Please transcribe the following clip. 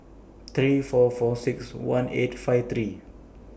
three four four six one eight five three